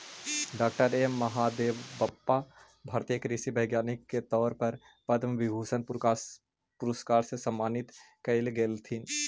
डॉ M Mahadevappa भारतीय कृषि वैज्ञानिक के तौर पर पद्म भूषण पुरस्कार से सम्मानित कएल गेलथीन